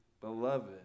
beloved